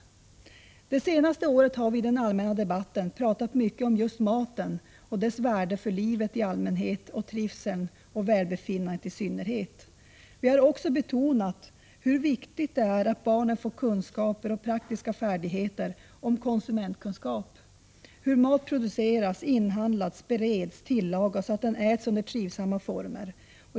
Det senaste året har vi i den allmänna debatten pratat mycket om just maten och dess värde för livet i allmänhet och trivseln och välbefinnandet i synnerhet. Vi har också betonat hur viktigt det är att barnen får kunskaper och praktiska färdigheter om konsumentkunskap, hur mat produceras, inhandlas, bereds och tillagas för att ätas under trivsamma former.